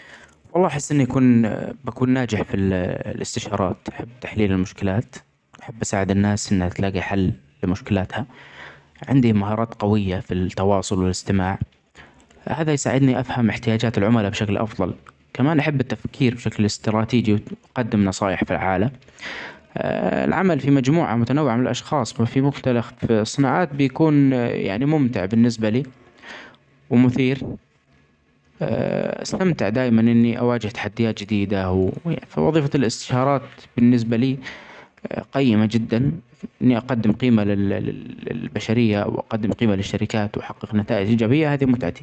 والله بحس أني أكون بكون ناجح في ال الاستشارات أحب تحليل المشكلات أحب أساعد الناس أنها تلاجي حل لمشكلاتها. عندي مهارات قوية في التواصل والإستماع هذا يساعدني افهم احتياجات العملاء بشكل أفضل كمان أحب التفكير بشكل أستراتيجي أقدم نصايح فعاله العمل في مجموعة متنوعة من الأشخاص وفي مختلف الصناعات بيكون يعني ممتع بالنسبه لي ومثير. أستمتع دايما إني أواجهه تحديات جديدة وظيفة الاستشارات بالنسبة لي قيمة جدا إني أقدم قيمة للبشرية وأقدم قيمة للشركات وأحقق نتائج إيجابيه هذه متعتي.